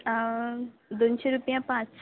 दोनशी रुपया पांच